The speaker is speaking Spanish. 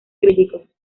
críticos